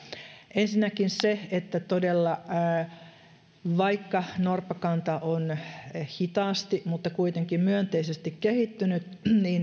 ensinnäkin sen että vaikka norppakanta todella on hitaasti mutta kuitenkin myönteisesti kehittynyt